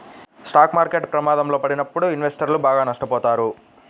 stock market ప్రమాదంలో పడినప్పుడు ఇన్వెస్టర్లు బాగా నష్టపోతారు